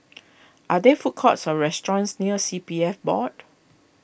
are there food courts or restaurants near C P F Board